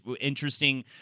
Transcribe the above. interesting